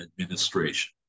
Administration